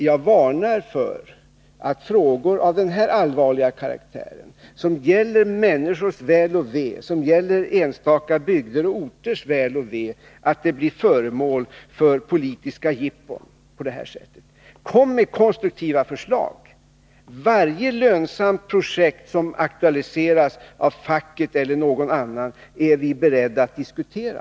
Jag varnar för att frågor av den här allvarliga karaktären, som gäller människors väl och ve, som gäller enstaka bygders och orters väl och ve, blir föremål för politiska jippon på det här sättet. Kom med konstruktiva förslag! Varje lönsamt projekt som aktualiseras av facket eller någon annan är vi beredda att diskutera.